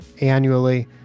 annually